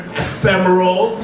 ephemeral